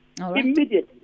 immediately